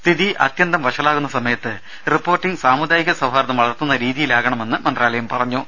സ്ഥിതി അത്യന്തം വഷളാകുന്ന സമയത്ത് റിപ്പോർട്ടിംഗ് സാമുദായിക സൌഹാർദ്ദം വളർത്തുന്ന രീതിയിലാകണമെന്ന് മന്ത്രാലയം പറഞ്ഞു